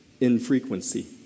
infrequency